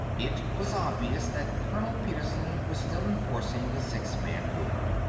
it was obvious that colonel petersen was still enforcing the six-man rule.